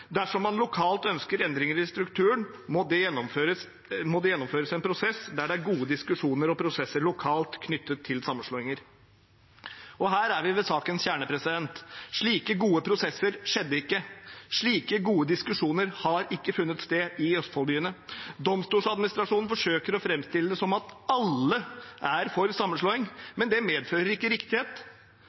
man lokalt ønsker endringer i strukturen, må det gjennomføres en prosess der det er gode diskusjoner og prosesser lokalt knyttet til sammenslåinger.» Her er vi ved sakens kjerne. Slike gode prosesser skjedde ikke. Slike gode diskusjoner har ikke funnet sted i Østfold-byene. Domstoladministrasjonen forsøker å framstille det som om alle er for sammenslåing, men det medfører ikke riktighet.